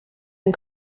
and